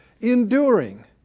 enduring